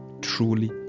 truly